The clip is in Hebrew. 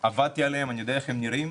עבדתי עליהם, אני יודע איך הם נראים.